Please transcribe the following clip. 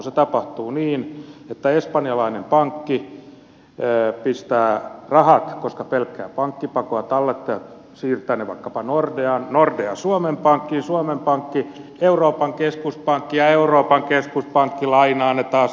se tapahtuu niin että espanjalainen pankki pelkää pankkipakoa ja tallettajat siirtävät rahat vaikkapa nordeaan nordea suomen pankkiin suomen pankki euroopan keskuspankkiin ja euroopan keskuspankki lainaa ne taas hätärahoituksena millekä